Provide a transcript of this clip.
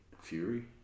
Fury